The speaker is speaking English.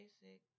basic